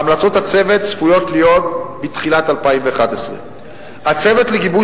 המלצות הצוות צפויות בתחילת 2011. הצוות לגיבוש